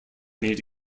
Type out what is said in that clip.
made